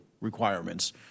requirements